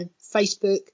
Facebook